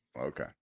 Okay